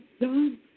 done